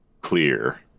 clear